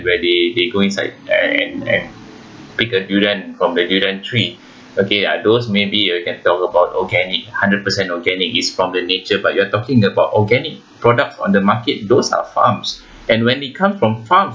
where they they go inside and and pick a durian from the durian tree okay uh those maybe you can talk about organic hundred percent organic it's from the nature but you are talking about organic products on the market those are farms and when they come from farm